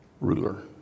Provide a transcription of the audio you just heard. ruler